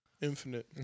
Infinite